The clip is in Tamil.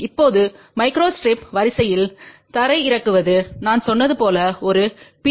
இப்போது மைக்ரோ ஸ்ட்ரிப் வரிசையில் தரையிறக்குவது நான் சொன்னது போல் ஒரு பி